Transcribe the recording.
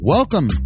Welcome